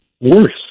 worse